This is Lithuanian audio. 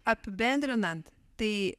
apibendrinant tai